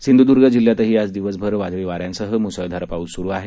सिंधुद्ग जिल्ह्यातही आज दिवसभर वादळी वाऱ्यांसह मुसळधार पाऊस सुरु आहे